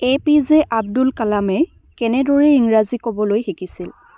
এ P J Abdul কালামে কেনেদৰে ইংৰাজী ক'বলৈ শিকিছিল